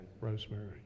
Rosemary